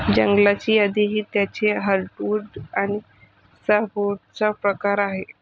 जंगलाची यादी ही त्याचे हर्टवुड आणि सॅपवुडचा प्रकार आहे